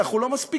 אנחנו לא מספיקים.